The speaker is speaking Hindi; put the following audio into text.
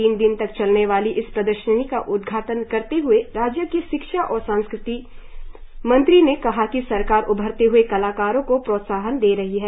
तीन दिन तक चलने वाली इस प्रदर्शनी का उद्घाटन करते हए राज्य के शिक्षा और संस्कृति मंत्री ने कहा कि सरकार उभरते हए कलाकारों को प्रोत्साहन दे रही है